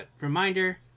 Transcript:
reminder